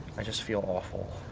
i just feel awful.